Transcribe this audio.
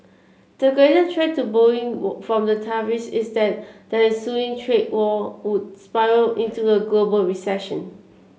the greater threat to Boeing from the tariffs is that that the ensuing trade war would spiral into a global recession